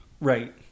Right